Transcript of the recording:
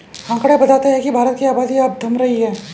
आकंड़े बताते हैं की भारत की आबादी अब थम रही है